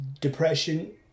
depression